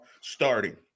starting